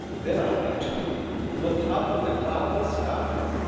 then i, too, looked up at the cloudless sky,